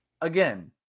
again